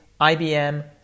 IBM